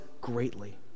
greatly